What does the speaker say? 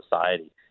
society